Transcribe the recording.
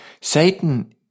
Satan